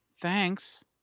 thanks